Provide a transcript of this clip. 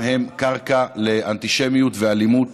הם קרקע לאנטישמיות ולאלימות